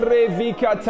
Revika